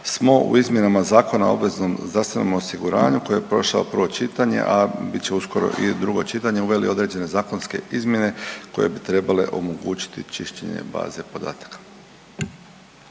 smo u izmjenama Zakona o obveznom zdravstvenom osiguranju koji je prošao prvo čitanje, a bit će uskoro i drugo čitanje, uveli određene zakonske izmjene koje bi trebale omogućiti čišćenje baze podataka.